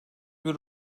bir